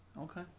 Okay